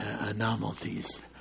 anomalies